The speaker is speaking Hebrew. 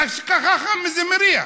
ממש ככה זה מריח.